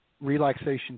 relaxation